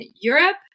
Europe